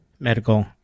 medical